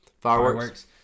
fireworks